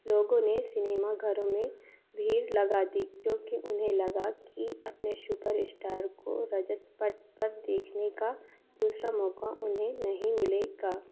लोगों ने सिनेमा घरों में भीड़ लगा दी क्योंकि उन्हें लगा कि अपने सुपरस्टार को रजत पट पर देखने का दूसरा मौका उन्हें नहीं मिलेगा